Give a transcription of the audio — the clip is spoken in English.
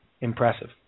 impressive